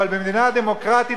אבל במדינה דמוקרטית,